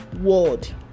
world